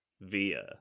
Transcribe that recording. via